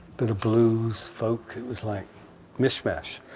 bit of blues, folk, it was like mishmash.